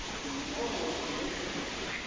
the moral intuitions